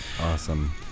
Awesome